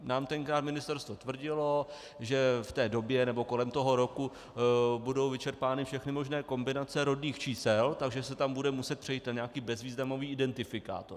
Nám tenkrát ministerstvo tvrdilo, že v té době, nebo kolem toho roku, budou vyčerpány všechny možné kombinace rodných čísel, takže se tam bude muset přejít na nějaký bezvýznamový identifikátor.